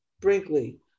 Brinkley